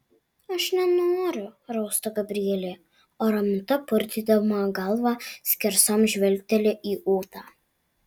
aš nenoriu rausta gabrielė o raminta purtydama galvą skersom žvilgteli į ūtą